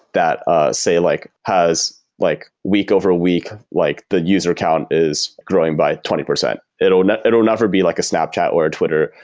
that say like has like week over a week, like the user count is growing by twenty percent. it'll never it'll never be like a snapchat, or twitter,